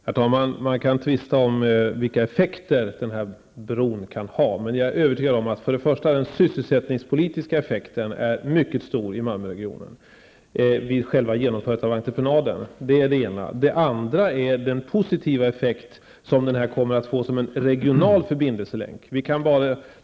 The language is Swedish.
Herr talman! Man kan tvista om vilka effekter som den här bron kan ha, men jag är övertygad om att den sysselsättningspolitiska effekten i Malmöregionen är mycket stor vid själva genomförandet av entreprenaden. Det är den ena effekten. Den andra är den positiva effekt som bron kommer att få som en regional förbindelselänk.